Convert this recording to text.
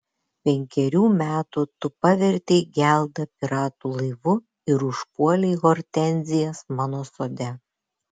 penkerių metų tu pavertei geldą piratų laivu ir užpuolei hortenzijas mano sode